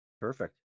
Perfect